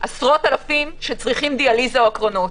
יש עשרות אלפים שצריכים דיאליזה או הקרנות.